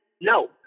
No